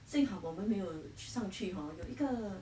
幸好我们没有上去 hor 有一个